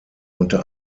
unter